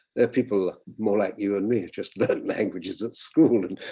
they're are people more like you and me just learn languages at school and